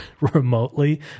remotely